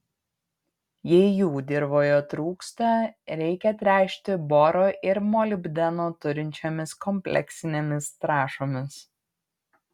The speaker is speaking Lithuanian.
jei jų dirvoje trūksta reikia tręšti boro ir molibdeno turinčiomis kompleksinėmis trąšomis